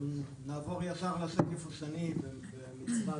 נעבור מיד לשקף השני במצגת,